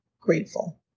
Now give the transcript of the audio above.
grateful